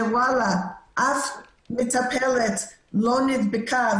שאף מטפלת לא נדבקה,